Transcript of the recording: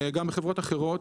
וגם בחברות אחרות,